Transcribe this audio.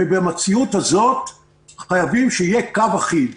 במציאות הזאת חייבים שיהיה קו אחיד.